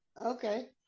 Okay